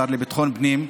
השר לביטחון פנים,